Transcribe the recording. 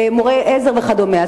מורי עזר וכדומה.